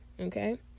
Okay